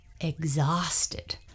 Exhausted